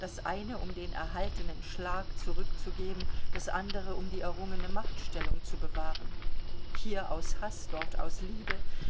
das eine um den erhaltenen schlag zurückzugeben das andere um die errungene machtstellung zu bewahren hier aus haß dort aus liebe